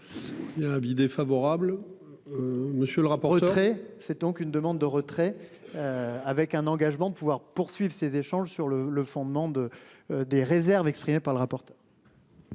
Il y a un avis défavorable. Monsieur le rapporteur. Après, c'est donc une demande de retrait. Avec un engagement de pouvoir poursuivre ces échanges sur le le fondement de des réserves exprimées par le rapporteur.--